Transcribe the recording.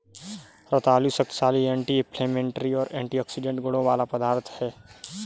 रतालू शक्तिशाली anti inflammatory और एंटीऑक्सीडेंट गुणों वाला पदार्थ है